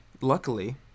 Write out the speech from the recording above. Luckily